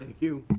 you.